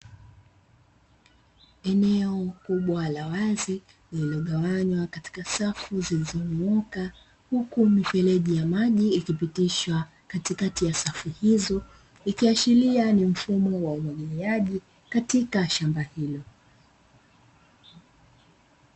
Eneo kubwa la wazi lililogawanywa katika safu zilizonyooka, huku mifereji ya maji ikipitishwa katikati ya safu hizo, ikiashiria ni mfumo wa umwagiliaji katika shamba hilo.